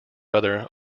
other